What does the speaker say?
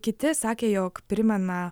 kiti sakė jog primena